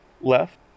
left